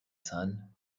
son